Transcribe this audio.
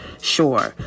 Sure